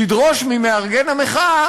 תדרוש ממארגן המחאה